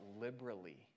liberally